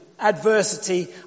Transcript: adversity